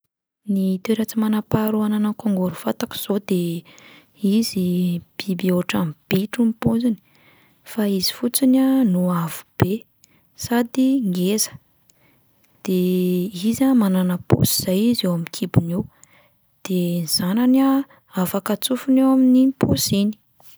Ny toetra tsy manam-paharoa ananan'ny kangoroa fantako zao de izy biby ohatran'ny bitro ny paoziny, fa izy fotsiny a no avo be sady ngeza, de izy a manana paosy izay izy eo amin'ny kibony eo, de ny zanany a afaka atsofony ao amin'iny paosy iny.